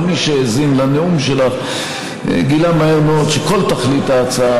אבל מי שהאזין לנאום שלך גילה מהר מאוד שכל תכלית ההצעה